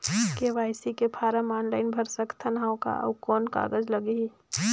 KYC form online भर सकत हवं का? अउ कौन कागज लगही?